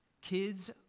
Kids